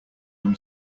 when